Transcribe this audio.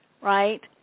right